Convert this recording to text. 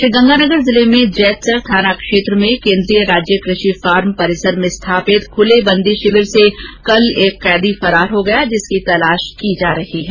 श्रीगंगानगर जिले में जैतसर थाना क्षेत्र में केन्द्रीय राज्य कृषि फार्म परिसर में स्थापित खुले बंदी शिविर से कल एक कैदी फरार हो गया जिसकी तलाश की जा रही है